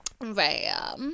Right